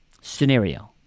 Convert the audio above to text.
Scenario